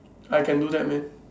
I can do that man